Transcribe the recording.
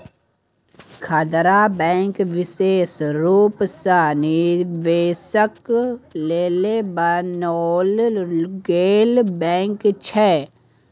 खुदरा बैंक विशेष रूप सँ निवेशक लेल बनाओल गेल बैंक छै